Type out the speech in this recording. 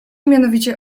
mianowicie